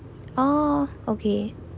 oh okay